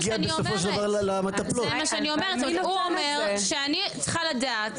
הוא אומר שאני צריכה לדעת,